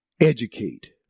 educate